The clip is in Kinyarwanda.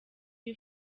iyo